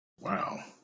Wow